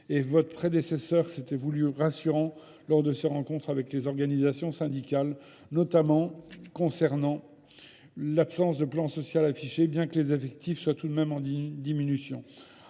votre prédécesseur s'était voulu rassurant lors de ses rencontres avec les organisations syndicales, notamment concernant l'absence de plan social affiché, bien que les effectifs soient tout de même en diminution,